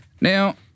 Now